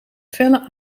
felle